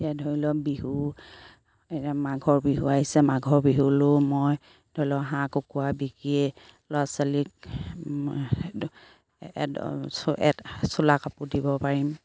এতিয়া ধৰি লওক বিহু এতিয়া মাঘৰ বিহু আহিছে মাঘৰ বিহুলও মই ধৰি লওক হাঁহ কুকুৰা বিকিয়ে ল'ৰা ছোৱালীক চোলা কাপোৰ দিব পাৰিম